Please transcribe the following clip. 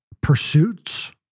pursuits